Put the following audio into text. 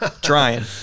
trying